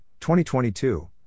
2022